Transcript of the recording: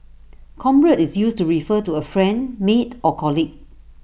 comrade is used to refer to A friend mate or colleague